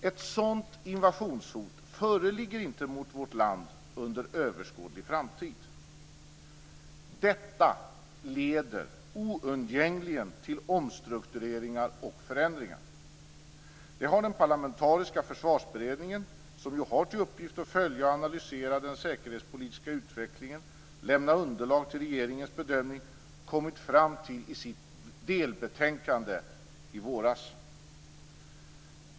Ett sådant invasionshot föreligger inte mot vårt land under överskådlig framtid. Detta leder oundgängligen till omstruktureringar och förändringar. Det har den parlamentariska Försvarsberedningen, som ju har till uppgift att följa och analysera den säkerhetspolitiska utvecklingen och lämna underlag till regeringens bedömning, kommit fram till i sitt delbetänkande i våras.